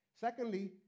Secondly